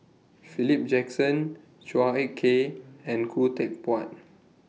Philip Jackson Chua Ek Kay and Khoo Teck Puat